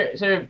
sir